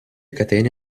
catene